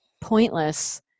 pointless